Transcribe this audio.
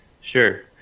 Sure